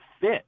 fit